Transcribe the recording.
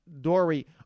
Dory